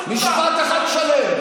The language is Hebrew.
משפט אחד שלם.